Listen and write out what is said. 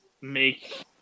make